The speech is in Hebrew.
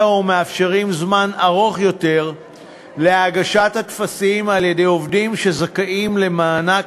ומאפשרים זמן ארוך יותר להגשת הטפסים על-ידי עובדים שזכאים למענק,